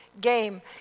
game